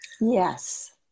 Yes